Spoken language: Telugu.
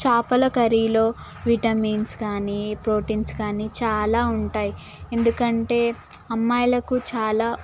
చేపల కర్రీలో విటమిన్స్ కానీ ప్రోటీన్స్ కానీ చాలా ఉంటాయి ఎందుకంటే అమ్మాయిలకు చాలా